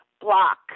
block